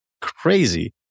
crazy